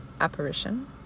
apparition